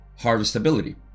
harvestability